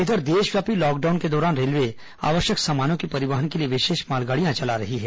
इधर देशव्यापी लॉकडाउन के दौरान रेलवे आवश्यक सामानों के परिवहन के लिए विशेष मालगाड़ियां चला रही हैं